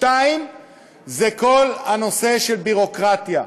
2. כל הנושא של ביורוקרטיה: